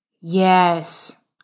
Yes